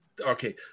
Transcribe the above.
okay